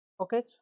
okay